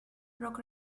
rock